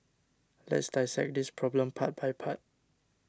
let's dissect this problem part by part